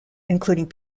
including